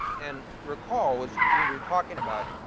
and recall as we were talking about